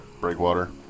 breakwater